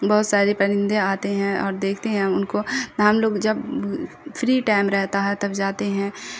بہت سارے پرندے آتے ہیں اور دیکھتے ہیں ہم ان کو ہم لوگ جب فری ٹائم رہتا ہے تب جاتے ہیں